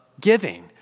giving